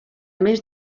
més